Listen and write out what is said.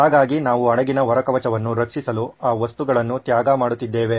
ಹಾಗಾಗಿ ನಾವು ಹಡಗಿನ ಹೊರ ಕವಚವನ್ನು ರಕ್ಷಿಸಲು ಆ ವಸ್ತುಗಳನ್ನು ತ್ಯಾಗ ಮಾಡುತ್ತಿದ್ದೇವೆ